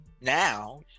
now